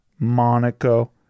Monaco